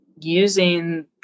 using